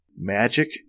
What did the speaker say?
Magic